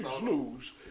news